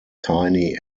tiny